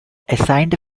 assigned